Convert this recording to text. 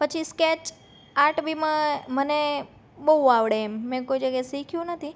પછી સ્કેચ આર્ટમાં બી મને એ બહુ આવડે એમ મેં કોઈ જગ્યાએ શીખ્યું નથી